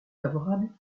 favorable